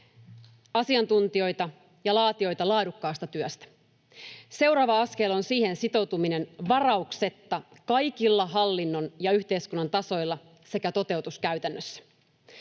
asiantuntijoita ja laatijoita laadukkaasta työstä. Seuraava askel on siihen sitoutuminen varauksetta kaikilla hallinnon ja yhteiskunnan tasoilla sekä toteutus käytännössä.